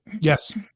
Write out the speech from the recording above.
Yes